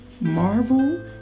marvel